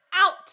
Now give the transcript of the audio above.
out